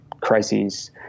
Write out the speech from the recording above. crises